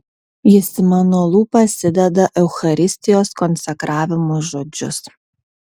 jis į mano lūpas įdeda eucharistijos konsekravimo žodžius